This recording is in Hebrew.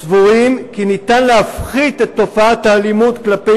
סבורים כי ניתן להפחית את תופעת האלימות כלפי